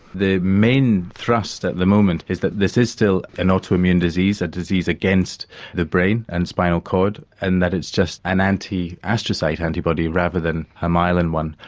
the main thrust at the moment is that this is still an auto-immune disease, a disease against the brain and spinal cord and that it's just an anti-astrocyte antibody rather than a myelin one.